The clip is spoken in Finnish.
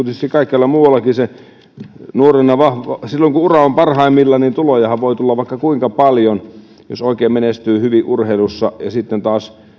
tietysti kaikkialla muuallakin urheilijoiden tulonmuodostus on sellainen että nuorena kun ura on parhaimmillaan tulojahan voi tulla vaikka kuinka paljon jos oikein hyvin menestyy urheilussa ja sitten taas